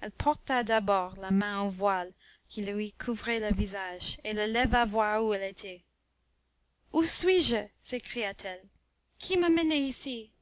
elle porta d'abord la main au voile qui lui couvrait le visage et le leva voir où elle était où suis-je s'écria-t-elle qui m'a amenée ici